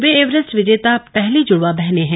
वे Everest विजेता पहली जुड़वा बहनें भी हैं